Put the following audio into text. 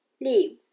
leave